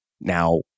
Now